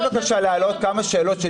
ועכשיו אני רוצה בבקשה להעלות כמה שאלות,